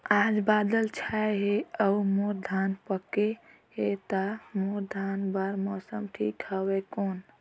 आज बादल छाय हे अउर मोर धान पके हे ता मोर धान बार मौसम ठीक हवय कौन?